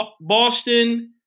Boston